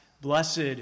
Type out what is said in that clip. Blessed